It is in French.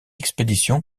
expédition